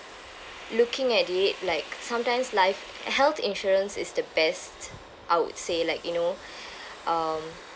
looking at it like sometimes life health insurance is the best I would say like you know um